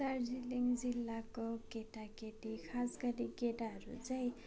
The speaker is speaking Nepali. दार्जिलिङ जिल्लाको केटाकेटी खास गरी केटाहरू चाहिँ